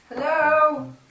Hello